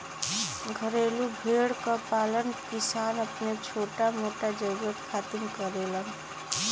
घरेलू भेड़ क पालन किसान अपनी छोटा मोटा जरुरत खातिर करेलन